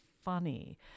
funny